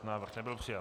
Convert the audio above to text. Návrh nebyl přijat.